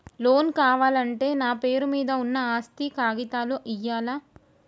Loan కావాలంటే నా పేరు మీద ఉన్న ఆస్తి కాగితాలు ఇయ్యాలా?